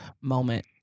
moment